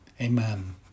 Amen